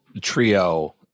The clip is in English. trio